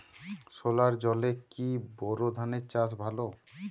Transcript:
সেলোর জলে কি বোর ধানের চাষ ভালো?